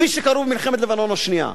כפי שקרו במלחמת לבנון השנייה.